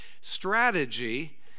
Strategy